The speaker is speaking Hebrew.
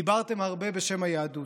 דיברתם הרבה בשם היהדות,